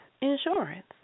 insurance